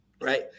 right